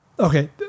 Okay